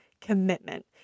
commitment